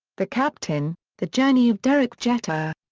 the captain the journey of derek jeter.